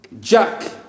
Jack